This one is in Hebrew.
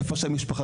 איפה שהמשפחה,